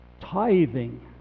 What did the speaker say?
tithing